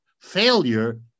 failure